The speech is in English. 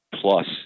plus